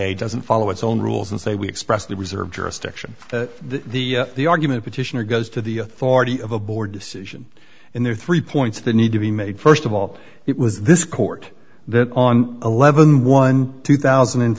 a doesn't follow its own rules and say we expressly reserve jurisdiction the the argument petitioner goes to the authority of a board decision in their three points they need to be made first of all it was this court that on eleven one two thousand and